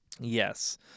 Yes